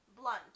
blunt